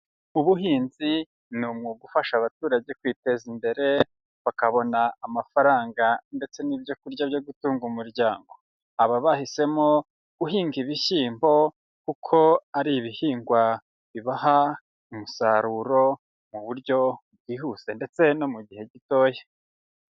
Ubuhinzi ni umwuga ufasha abaturage kwiteza imbere, bakabona amafaranga ndetse n'ibyo kurya byo gutunga umuryango, aba bahisemo guhinga ibishyimbo kuko ari ibihingwa bibaha umusaruro mu buryo bwihuse ndetse no mu gihe gitoya.